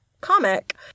comic